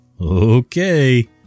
okay